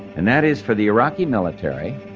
and that is for the iraqi military